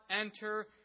enter